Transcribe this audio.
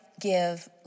give